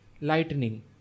lightning